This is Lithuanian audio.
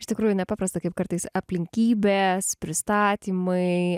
iš tikrųjų nepaprasta kaip kartais aplinkybės pristatymai